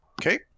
Okay